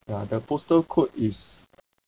ya the postal code is